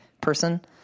person